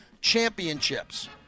championships